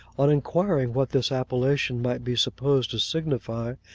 on inquiring what this appellation might be supposed to signify,